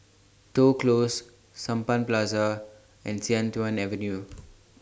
Toh Close Sampan and Sian Tuan Avenue